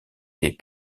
des